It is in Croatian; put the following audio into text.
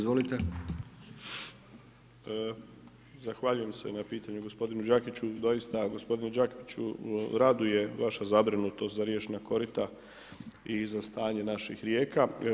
Zahvaljujem se na pitanju gospodinu Đakiću, doista gospodinu Đakiću raduje vaša zabrinutost za riječna korita i za stanje naših rijeka.